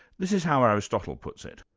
this is how aristotle puts it.